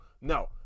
No